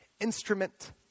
instrument